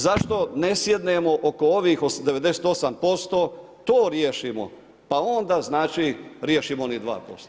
Zašto ne sjednemo oko ovih 98% to riješimo, pa onda znači riješimo onih 2%